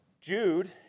Jude